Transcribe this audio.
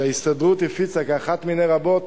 שההסתדרות הפיצה כאחת מני רבות,